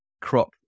crop